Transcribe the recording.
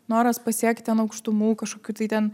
noras pasiekt ten aukštumų kažkokių tai ten